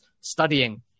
studying